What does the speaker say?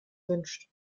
wünscht